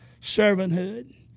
servanthood